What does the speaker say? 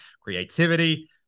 creativity